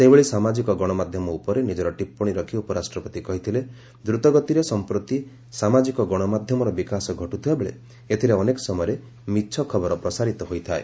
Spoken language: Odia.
ସେହିଭଳି ସାମାଜିକ ଗଣମାଧ୍ୟମ ଉପରେ ନିଜର ଟିପ୍ୱଶୀ ରଖ୍ ଉପରାଷ୍ଟ୍ରପତି କହିଥିଲେ ଦ୍ରତଗତିରେ ସଂପ୍ରତି ସାମାଜିକ ଗଣମାଧ୍ୟମର ବିକାଶ ଘଟୁଥିବା ବେଳେ ଏଥିରେ ଅନେକ ସମୟରେ ମିଛ ଖବର ପ୍ରସାରିତ ହୋଇଥାଏ